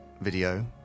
video